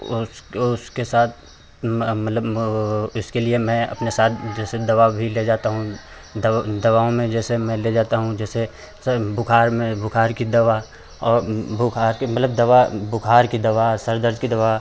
और उसके और उसके साथ फ़िर मतलब ओ इसके लिए मैं अपने साथ जैसे दवा भी ले जाता हूँ दवा दवाओं में जैसे मैं ले जाता हूँ जैसे से बुखार में बुखार की दवा और बुखार की मतलब दवा बुखार की दवा सर दर्द की दवा